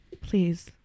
please